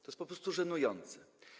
To jest po prostu żenujące.